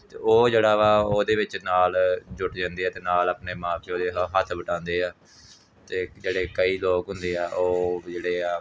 ਅਤੇ ਉਹ ਜਿਹੜਾ ਵਾ ਉਹਦੇ ਵਿੱਚ ਨਾਲ ਜੁੱਟ ਜਾਂਦੇ ਆ ਅਤੇ ਨਾਲ ਆਪਣੇ ਮਾਂ ਪਿਓ ਦੇ ਹੱਥ ਹੱਥ ਵਟਾਉਂਦੇ ਆ ਅਤੇ ਜਿਹੜੇ ਕਈ ਲੋਕ ਹੁੰਦੇ ਆ ਉਹ ਜਿਹੜੇ ਆ ਉਹ ਜਿਹੜੇ ਆ